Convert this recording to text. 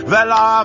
Vela